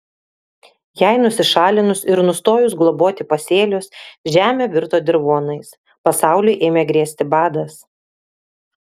jai nusišalinus ir nustojus globoti pasėlius žemė virto dirvonais pasauliui ėmė grėsti badas